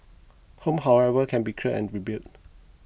homes however can be cleared and rebuilt